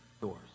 doors